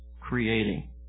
creating